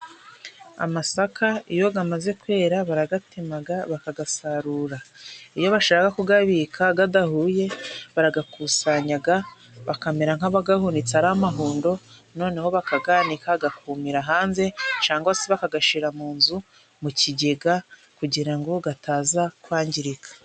Amasaka iyo gamaze kwera baragatemaga bakagasarura, iyo bashaka kugabika gadahuye baragakusanyaga, bakamera nk'abagahunitse ari amahundo, noneho bakaganika gakumira hanze cangwa se bakagashira mu nzu mu kigega, kugira ngo gataza kwangirika.